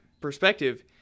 perspective